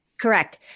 correct